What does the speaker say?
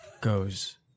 goes